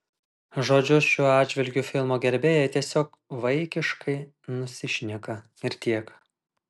žodžiu šiuo atžvilgiu filmo gerbėjai tiesiog vaikiškai nusišneka ir tiek